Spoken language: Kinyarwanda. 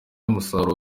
umusaruro